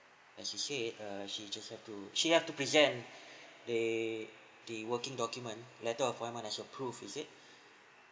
and she said err she just have to she have to present the the working documents letter of appointment as proof is it